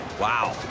Wow